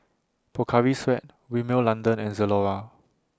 Pocari Sweat Rimmel London and Zalora